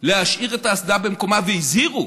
להשאיר את האסדה במקומה, והזהירו